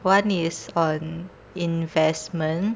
one is on investment